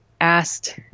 asked